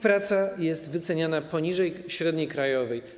Praca matek jest wyceniana poniżej średniej krajowej.